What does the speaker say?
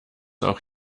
auch